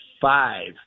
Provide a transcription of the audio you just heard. five